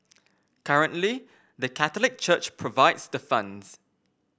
currently the Catholic Church provides the funds